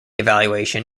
evaluation